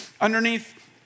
underneath